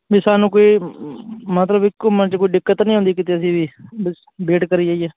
ਵੀ ਸਾਨੂੰ ਕੋਈ ਮਤਲਬ ਵੀ ਘੁੰਮਣ 'ਚ ਕੋਈ ਦਿੱਕਤ ਤਾਂ ਨਹੀਂ ਆਉਂਦੀ ਕਿਤੇ ਅਸੀਂ ਵੀ ਬਸ ਵੇਟ ਕਰੀ ਜਾਈਏ